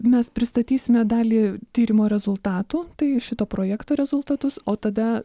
mes pristatysime dalį tyrimo rezultatų tai šito projekto rezultatus o tada